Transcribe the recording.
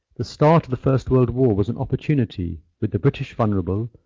the start of the first world war was an opportunity with the british vulnerable,